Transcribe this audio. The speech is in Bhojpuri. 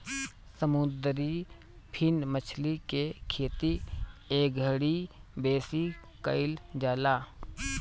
समुंदरी फिन मछरी के खेती एघड़ी बेसी कईल जाता